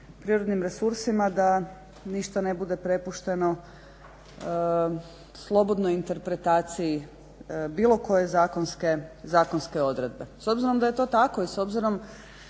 prirodnim resursima da ništa ne bude prepušteno slobodnoj interpretaciji bilo koje zakonske odredbe. S obzirom da je to tako i s obzirom